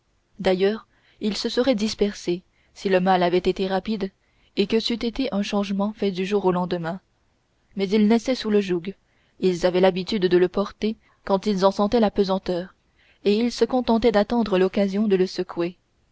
d'ailleurs ils se seraient dispersés si le mal avait été rapide et que c'eut été un changement fait du jour au lendemain mais ils naissaient sous le joug ils avaient l'habitude de le porter quand ils en sentaient la pesanteur et ils se contentaient d'attendre l'occasion de le secouer